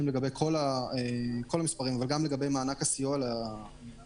לגבי כל המספרים - ולגבי מענק הסיוע לעצמאיים,